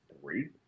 three